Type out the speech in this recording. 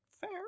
fair